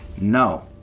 No